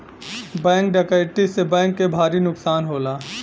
bank डकैती से bank के भारी नुकसान होला